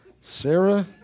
Sarah